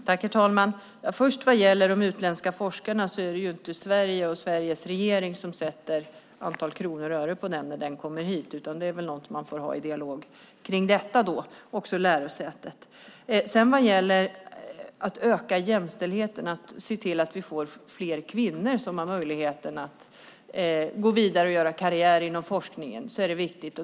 Herr talman! Vad gäller de utländska forskarna är det inte Sveriges regering som sätter ett antal kronor eller ören när personen kommer hit. Det är väl något man får ha en dialog kring, också med lärosätet. Det är viktigt att öka jämställdheten och se till att vi får fler kvinnor som har möjlighet att gå vidare och göra karriär inom forskningen.